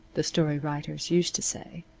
the story writers used to say,